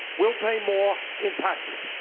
will pay more in taxes.